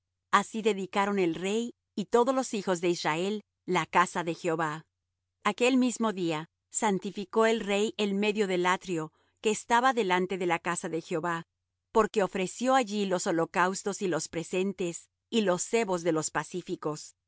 así dedicaron el rey y todos los hijos de israel la casa de jehová aquel mismo día santificó el rey el medio del atrio que estaba delante de la casa de jehová porque ofreció allí los holocaustos y los presentes y los sebos de los pacíficos